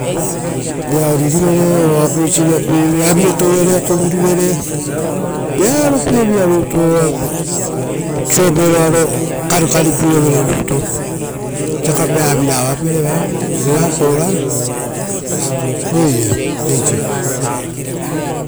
Rera oririvere o apeisi avie touia rera kuvurivere, vearopievira rutu, rera sioperoaro karikari rivere rutu, esa kapea vira orirovirovere era korato. Oire eisivi raga.